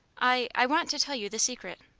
i want to tell you the secret.